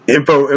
Info